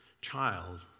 child